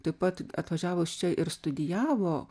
taip pat atvažiavus čia ir studijavo